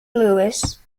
lewis